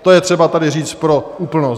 To je třeba tady říct pro úplnost.